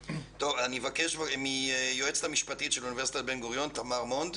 מבקש מהיועצת המשפטית של אוניברסיטת בן גוריון לדבר.